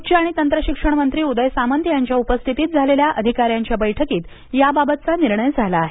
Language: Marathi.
उच्च आणि तंत्रशिक्षणमंत्री उदय सामंत यांच्या उपस्थितीत झालेल्या अधिकाऱ्यांच्या बैठकीत याबाबतचा निर्णय झाला आहे